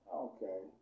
okay